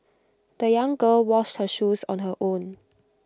the young girl washed her shoes on her own